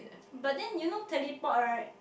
but then you know teleport right